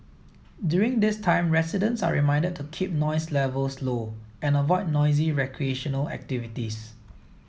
during this time residents are reminded to keep noise levels low and avoid noisy recreational activities